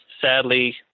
sadly